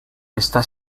está